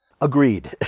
Agreed